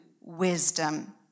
wisdom